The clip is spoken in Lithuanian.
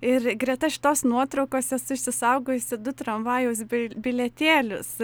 ir greta šitos nuotraukos esu išsisaugojusi du tramvajaus bi bilietėlius